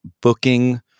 booking